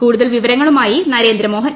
കൂടുതൽ വിവരങ്ങളുമായി നരേന്ദ്ര മോഹൻ